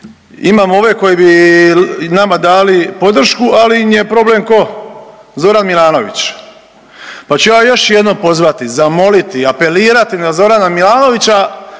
imamo ove koji bi nama dali podršku, ali im je problem ko, Zoran Milanović, pa ću ja još jednom pozvati, zamoliti i apelirati na Zorana Milanovića